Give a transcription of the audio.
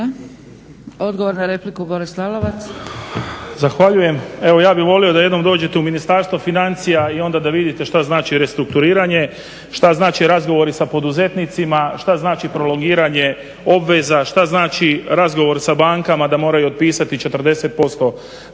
Odgovor na repliku, Boris Lalovac.